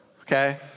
okay